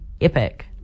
epic